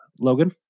Logan